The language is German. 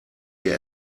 dir